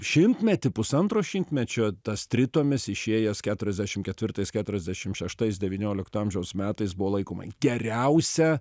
šimtmetį pusantro šimtmečio tas tritomis išėjęs keturiasdešim ketvirtais keturiasdešim šeštais devyniolikto amžiaus metais buvo laikoma geriausia